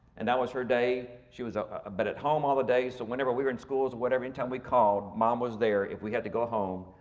and that was her day. she ah ah but at home all the day, so whenever we were in schools, whatever in time we called mom was there, if we had to go home,